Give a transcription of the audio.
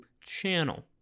channel